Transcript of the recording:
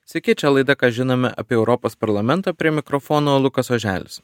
sveiki čia laida ką žinome apie europos parlamentą prie mikrofono lukas oželis